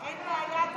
להעביר את